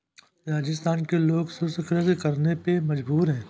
राजस्थान के लोग शुष्क कृषि करने पे मजबूर हैं